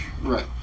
Right